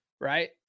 right